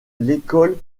l’école